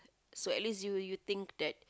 so at least you you think that